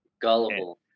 gullible